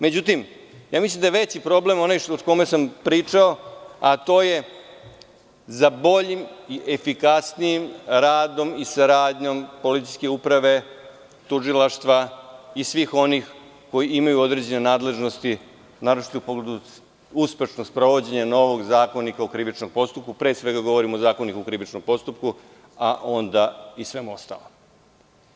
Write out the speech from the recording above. Međutim, mislim da je veći problem onaj o kome sam pričao, a to je za boljim i efikasnijim radomi saradnjom policijske uprave, tužilaštva i svih onih koji imaju određene nadležnosti naročito i u pogledu uspešnog sprovođenja novog Zakonika o krivičnom postupku, pre svega govorim o Zakoniku o krivičnom postupku, a onda i svemu ostalom.